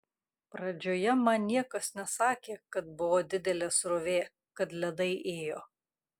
pradžioje man niekas nesakė kad buvo didelė srovė kad ledai ėjo